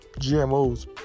GMOs